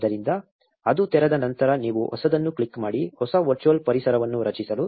ಆದ್ದರಿಂದ ಅದು ತೆರೆದ ನಂತರ ನೀವು ಹೊಸದನ್ನು ಕ್ಲಿಕ್ ಮಾಡಿ ಹೊಸ ವರ್ಚುವಲ್ ಪರಿಸರವನ್ನು ರಚಿಸಲು